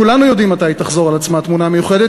כולנו יודעים מתי תחזור התמונה המיוחדת,